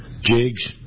Jigs